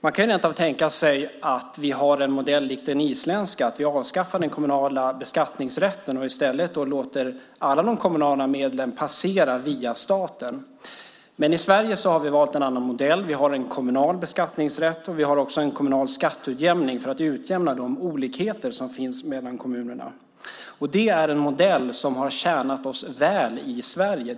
Man kan rent av tänka sig att vi har en modell lik den isländska där vi avskaffar den kommunala beskattningsrätten och i stället låter alla de kommunala medlen passera via staten. I Sverige har vi valt en annan modell. Vi har en kommunal beskattningsrätt. Vi har också en kommunal skatteutjämning för att utjämna de olikheter som finns mellan kommunerna. Det är en modell som tjänat oss väl i Sverige.